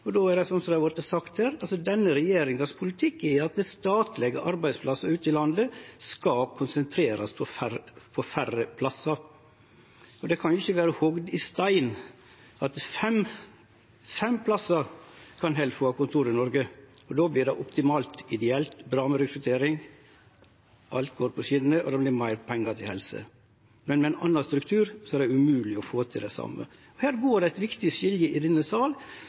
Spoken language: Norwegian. og då er det slik som det har vorte sagt her, at politikken til denne regjeringa er at statlege arbeidsplassar ute i landet skal konsentrerast på færre og færre stader. Men det kan jo ikkje vere hogd i stein at det berre er fem stader Helfo kan ha kontor i Noreg, for då vert det optimalt, ideelt, bra med rekruttering, alt går på skjener, at det vert meir pengar til helse, og at det med ein annan struktur er umogeleg å få til det same. Her går det eit viktig skilje i denne sal,